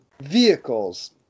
vehicles